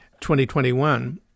2021